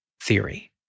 theory